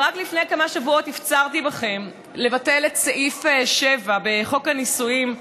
ורק לפני כמה שבועות הפצרתי בכם לבטל את סעיף 7 בפקודת הנישואין,